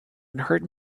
unheard